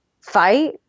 fight